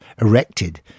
erected